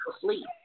sleep